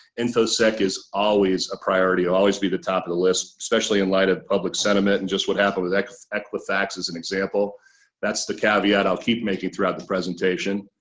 infosec is always a priority will always be the top of the list especially in light of public sentiment and just what happened with equifax as an example that's the caveat i'll keep making throughout the presentation.